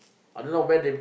I don't know where they